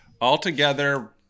Altogether